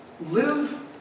live